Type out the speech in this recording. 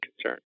concern